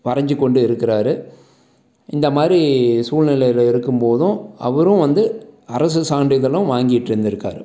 வரைஞ்சுக்கொண்டு இருக்கிறாரு இந்தமாதிரி சூழ்நிலையில் இருக்கும்போதும் அவரும் வந்து அரசு சான்றிதழும் வாங்கிட்டிருந்துருக்காரு